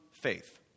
faith